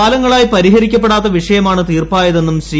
കാലങ്ങളൂയി പരിഹരിക്കപ്പെടാത്ത വിഷയമാണ് തീർപ്പായതെന്നും ശ്രീ